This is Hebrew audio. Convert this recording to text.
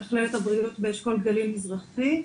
מתכללת הבריאות באשכול גליל מזרחי,